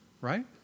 Right